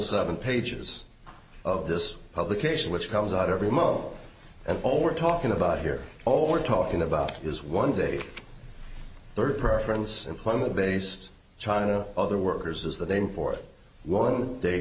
seven pages of this publication which comes out every mo and all we're talking about here all we're talking about is one day third preference employment based china other workers as the name for one day